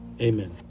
Amen